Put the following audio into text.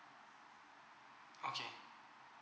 okay